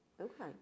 okay